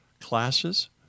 classes